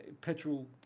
petrol